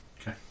Okay